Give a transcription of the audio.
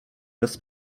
bez